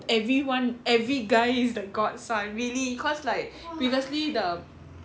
everyone every guy is the god son really cause like previously the